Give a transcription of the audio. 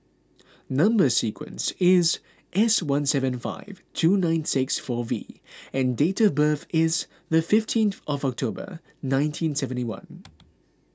Number Sequence is S one seven five two nine six four V and date of birth is the fifteenth of October nineteen seventy one